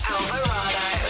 Alvarado